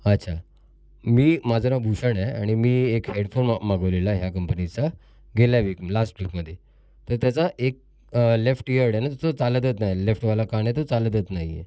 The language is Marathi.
अच्छा मी माझं नाव भूषण आहे आणि मी एक हेडफोन माग मागवलेला या कंपनीचा गेल्या वीक लास्ट वीकमध्ये तर त्याचा एक लेफ्ट इअरडं आहे ना तो चालत नाही लेफ्टवाला कान आहे तो चालतच नाही आहे